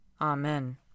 Amen